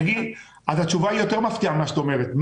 התשובה יותר מפתיעה ממה שאת חושבת.